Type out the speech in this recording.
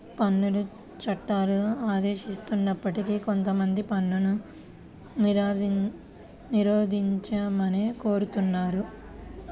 పన్నుల చట్టాలు ఆదేశిస్తున్నప్పటికీ కొంతమంది పన్నును నిరోధించమనే కోరుతున్నారు